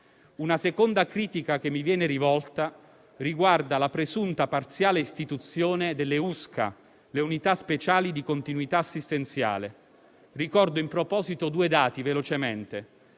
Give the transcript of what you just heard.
Una seconda critica che mi viene rivolta riguarda la presunta parziale istituzione delle Unità speciali di continuità assistenziale (USCA). In proposito, ricordo velocemente